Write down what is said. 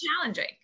challenging